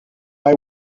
why